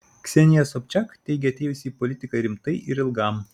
ksenija sobčiak teigia atėjusi į politiką rimtai ir ilgam